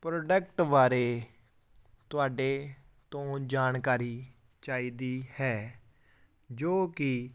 product ਬਾਰੇ ਤੁਹਾਡੇ ਤੋਂ ਜਾਣਕਾਰੀ ਚਾਹੀਦੀ ਹੈ ਜੋ ਕਿ